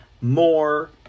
more